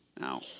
Now